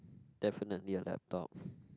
definitely a laptop